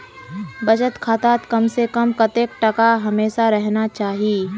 बचत खातात कम से कम कतेक टका हमेशा रहना चही?